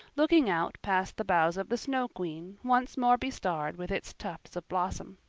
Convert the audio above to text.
looking out past the boughs of the snow queen, once more bestarred with its tufts of blossom.